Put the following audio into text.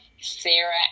Sarah